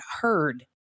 heard